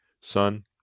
Son